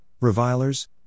revilers